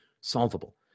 solvable